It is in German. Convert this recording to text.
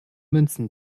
münzen